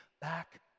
back